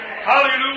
Hallelujah